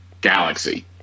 galaxy